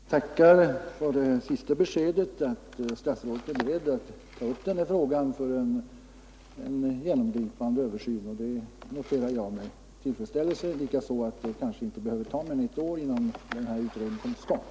Herr talman! Jag tackar för det senaste beskedet, att statsrådet är beredd att ta upp denna fråga för en genomgripande översyn. Det noterar jag med tillfredsställelse, likaså att det kanske inte behöver ta mer än ett år innan den här utredningen kommer till stånd.